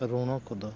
ᱨᱳᱣᱱᱚ ᱠᱚᱫᱚ